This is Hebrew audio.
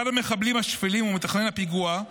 אחד המחבלים השפלים ומתכנן הפיגוע,